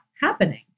happening